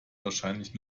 wahrscheinlich